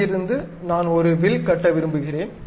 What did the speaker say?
அங்கிருந்து நான் ஒரு வில் கட்ட விரும்புகிறேன்